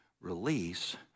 release